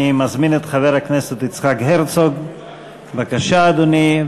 אני מזמין את חבר הכנסת יצחק הרצוג, בבקשה, אדוני.